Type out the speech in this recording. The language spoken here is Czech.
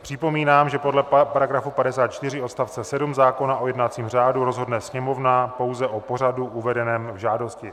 Připomínám, že podle § 54 odst. 7 zákona o jednacím řádu rozhodne Sněmovna pouze o pořadu uvedeném v žádosti.